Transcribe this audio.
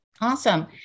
Awesome